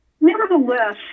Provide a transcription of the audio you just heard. Nevertheless